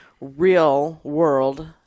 real-world